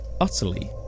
utterly